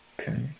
Okay